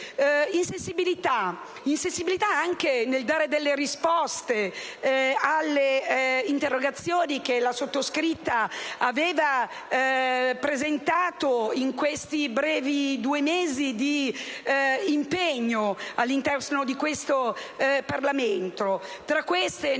Insensibilità anche nel dare delle risposte alle interrogazioni che la sottoscritta aveva presentato in questi brevi due mesi di impegno all'interno del Parlamento.